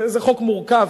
זה חוק מורכב,